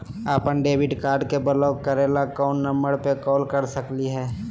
अपन debit card के block करे ला कौन नंबर पे कॉल कर सकली हई?